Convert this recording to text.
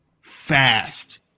fast